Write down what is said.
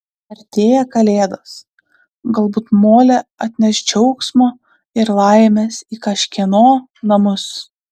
artėja kalėdos galbūt molė atneš džiaugsmo ir laimės į kažkieno namus